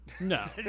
No